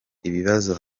ibibazo